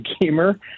gamer